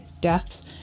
deaths